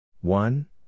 One